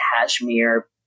cashmere